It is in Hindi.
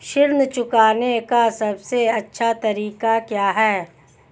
ऋण चुकाने का सबसे अच्छा तरीका क्या है?